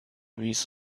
with